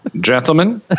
gentlemen